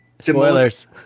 Spoilers